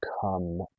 come